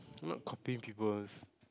not copying people's